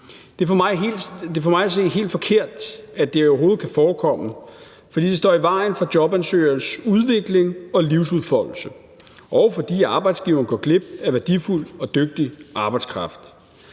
Det er for mig at se helt forkert, at det overhovedet kan forekomme, fordi det står i vejen for jobansøgeres udvikling og livsudfoldelse, og fordi arbejdsgiveren går glip af værdifuld og dygtig arbejdskraft.